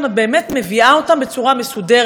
את באמת מביאה אותם בצורה מסודרת,